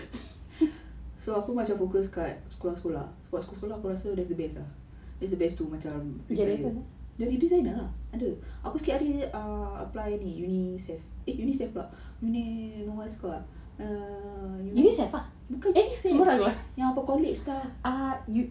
so aku macam focus kat sekolah-sekolah sebab sekolah-sekolah aku rasa that's the best ah it's the best to macam retired jadi designer lah ada aku sikit hari err apply ni UNICEF eh UNICEF pula what it's called err bukan UNICEF yang apa college entah